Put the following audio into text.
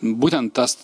būtent tas